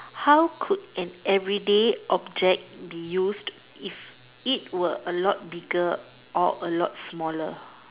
how could an everyday object be used if it were a lot bigger or a lot smaller